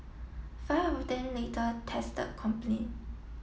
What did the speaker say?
five of them later tested complaint